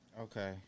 Okay